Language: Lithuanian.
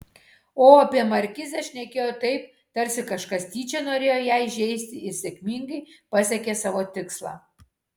o apie markizę šnekėjo taip tarsi kažkas tyčia norėjo ją įžeisti ir sėkmingai pasiekė savo tikslą